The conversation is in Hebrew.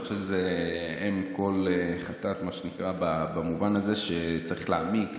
אני חושב שזאת אם כל חטאת במובן הזה שצריך להעמיק,